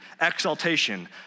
exaltation